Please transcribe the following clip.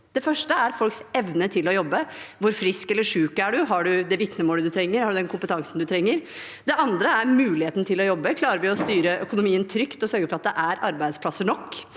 Det første er folks evne til å jobbe. Hvor frisk eller syk er du? Har du det vitnemålet du trenger, har du den kompetansen du trenger? Det andre er muligheten til å jobbe. Klarer vi å styre økonomien trygt og sørge for at det er arbeidsplasser nok?